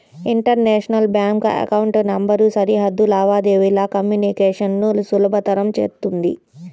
international bank account number సరిహద్దు లావాదేవీల communication ను సులభతరం చేత్తుంది